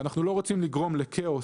ואנחנו לא רוצים לגרום לכאוס,